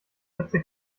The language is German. setze